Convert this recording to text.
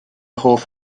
hoff